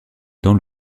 dans